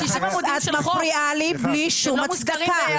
את מפריעה לי בלי שום הצדקה.